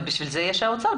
אבל בשביל זה יש אוצר,